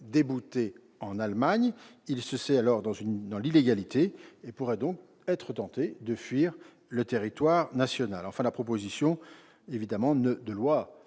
débouté en Allemagne, il se sait dans l'illégalité et pourrait donc être tenté de fuir le territoire national. Enfin, la proposition de loi